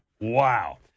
Wow